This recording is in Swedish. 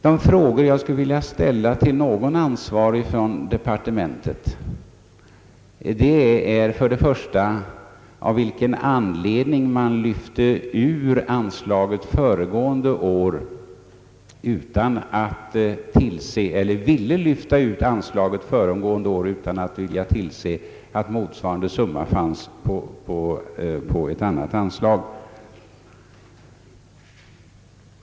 De frågor jag skulle vilja ställa till någon ansvarig inom departementet gäller först och främst av vilken anledning man föregående år ville lyfta ut anslaget utan att tillse att någon motsvarande summa ställdes till förfogande under ett annat anslag.